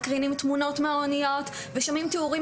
מקרינים תמונות מהאוניות ושומעים תיאורים